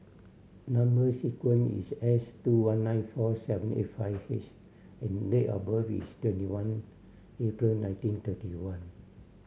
number sequence is S two one nine four seven eight five H and date of birth is twenty one April nineteen thirty one